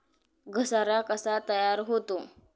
घसारा कसा तयार होतो?